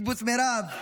קיבוץ מירב,